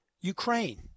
Ukraine